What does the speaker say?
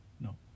No